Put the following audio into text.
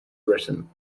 written